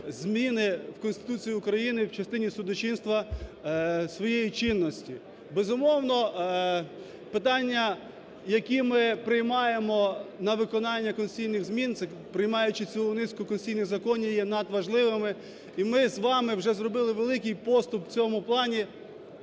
зміни в Конституцію України в частині судочинства своєї чинності. Безумовно, питання, які ми приймаємо на виконання конституційних змін, це приймаючи цілу низку конституційних законів, є надважливими, і ми з вами вже зробили великий поступ в цьому плані,